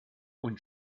und